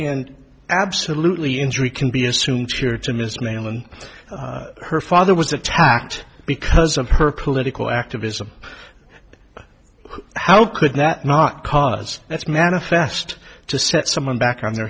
and absolutely injury can be assumed here to ms mail and her father was attacked because of her political activism how could that not cause that's manifest to set someone back on their